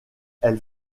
elle